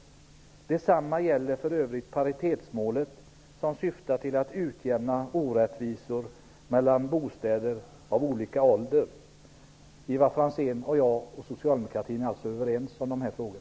Detsamma gäller för övrigt paritetsmålet som syftar till att utjämna orättvisor mellan bostäder av olika ålder.'' Ivar Franzén och jag och socialdemokratin är alltså överens i dessa frågor.